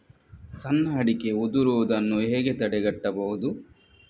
ಸಣ್ಣ ಅಡಿಕೆ ಉದುರುದನ್ನು ಹೇಗೆ ತಡೆಗಟ್ಟಬಹುದು?